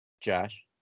Josh